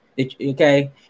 Okay